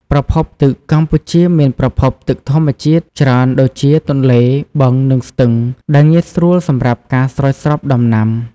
ប្រភពទឹក កម្ពុជាមានប្រភពទឹកធម្មជាតិច្រើនដូចជា ទន្លេ បឹង និងស្ទឹង ដែលងាយស្រួលសម្រាប់ការស្រោចស្រពដំណាំ។